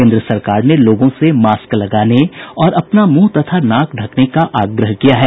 केंद्र सरकार ने लोगों से मास्क लगाने और अपना मुंह तथा नाक ढकने का आग्रह किया है